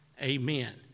Amen